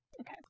Okay